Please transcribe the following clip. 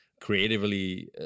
creatively